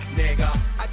nigga